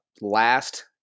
last